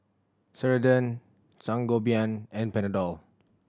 Ceradan Sangobion and Panadol